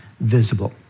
visible